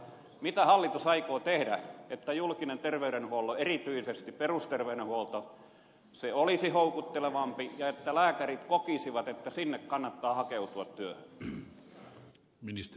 mitä hallitus aikoo tehdä että julkinen terveydenhuolto erityisesti perusterveydenhuolto olisi houkuttelevampi ja että lääkärit kokisivat että sinne kannattaa hakeutua työhön